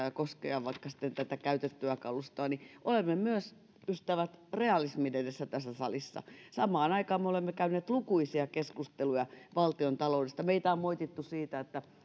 ja koskea vaikka sitten tätä käytettyä kalustoa niin olemme myös ystävät realismin edessä tässä salissa samaan aikaan me olemme käyneet lukuisia keskusteluja valtiontaloudesta meitä on moitittu siitä että